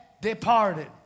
departed